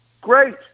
Great